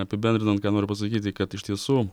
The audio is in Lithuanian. apibendrinant ką noriu pasakyti kad iš tiesų